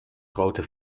grote